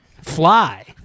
fly